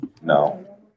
No